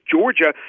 Georgia